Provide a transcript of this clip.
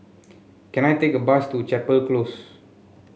can I take a bus to Chapel Close